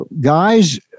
guys